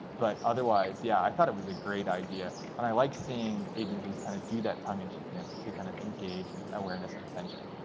but otherwise, yeah, i thought it was a great idea. and i like seeing agencies kind of do that tongue in cheekness to kind of engage in awareness and attention.